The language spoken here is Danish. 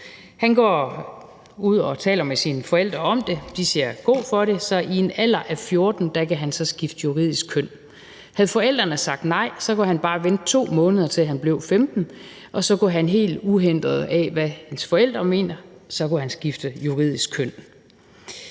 Han går ud og taler med sine forældre om det, og de siger god for det, så i en alder af 14 år kan han skifte juridisk køn. Havde forældrene sagt nej, kunne han bare have ventet 2 måneder, til han blev 15 år, og så kunne han, helt uhindret af hvad hans forældre mente, have skiftet juridisk køn.